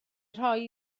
rhoi